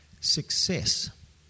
success